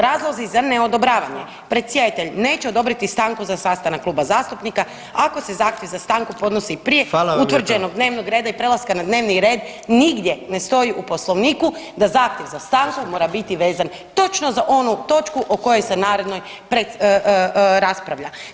Razlozi za neodobravanje, predsjedatelj neće odobriti stanku za sastanak kluba zastupnika ako se zahtjev za stanku podnosi prije utvrđenog dnevnog reda i prelaska na dnevni red nigdje ne stoji u Poslovniku da zahtjev za stanku mora biti vezan točno za onu točku o kojoj se narednoj raspravlja.